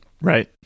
Right